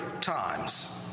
times